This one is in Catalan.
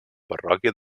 parròquia